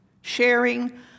Sharing